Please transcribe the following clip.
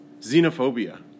xenophobia